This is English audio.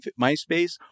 MySpace